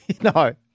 No